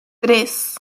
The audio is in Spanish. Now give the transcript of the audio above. tres